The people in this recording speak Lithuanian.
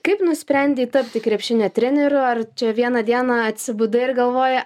kaip nusprendei tapti krepšinio treneriu ar čia vieną dieną atsibudai ir galvoji